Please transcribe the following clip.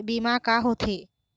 बीमा का होते?